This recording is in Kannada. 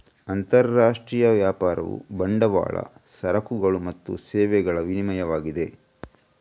ಅಂತರರಾಷ್ಟ್ರೀಯ ವ್ಯಾಪಾರವು ಬಂಡವಾಳ, ಸರಕುಗಳು ಮತ್ತು ಸೇವೆಗಳ ವಿನಿಮಯವಾಗಿದೆ